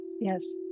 yes